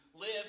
live